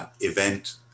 Event